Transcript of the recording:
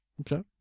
Okay